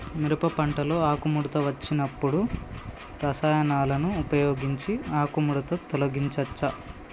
మిరప పంటలో ఆకుముడత వచ్చినప్పుడు రసాయనాలను ఉపయోగించి ఆకుముడత తొలగించచ్చా?